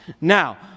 Now